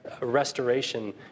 restoration